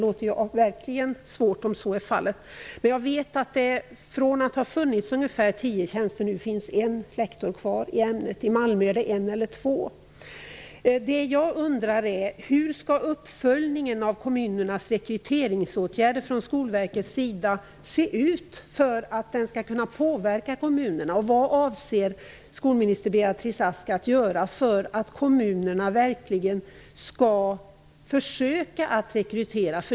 Men om så är fallet är det verkligen besvärligt. Det har tidigare funnits tio tjänster. Nu finns det bara en kvar. I Malmö finns det en lektorstjänst eller möjligen två. Jag undrar hur uppföljningen av kommunernas rekryteringsåtgärder från Skolverkets sida ser ut för att den skall kunna påverka kommunerna. Vad avser skolminister Beatrice Ask att göra för att kommunerna verkligen skall försöka att rekrytera?